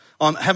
on